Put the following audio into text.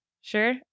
sure